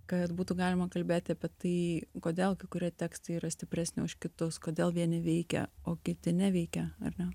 kad būtų galima kalbėti apie tai kodėl kai kurie tekstai yra stipresni už kitus kodėl vieni veikia o kiti neveikia ar ne